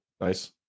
Nice